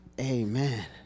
Amen